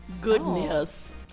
goodness